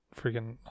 freaking